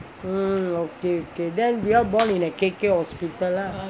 mm okay okay then you all born in uh okay okay hospital lah